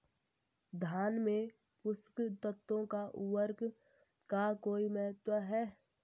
धान में पोषक तत्वों व उर्वरक का कोई महत्व है?